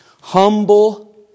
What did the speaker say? Humble